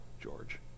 George